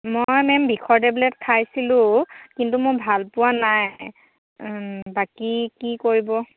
মই মে'ম বিষৰ টেবলেট খাইছিলোঁ কিন্তু মই ভালপোৱা নাই বাকী কি কৰিব